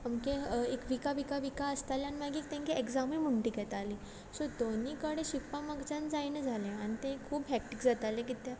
अमके एक वीका वीका वीका आसताले आनी मागीर तेंगे एक्जामूय बीन म्हूण तीं घेतालीं सो दोनीय कडेन शिकपा म्हुज्यान जायना जालें आनी तें खूब हेक्टिक जातालें कित्याक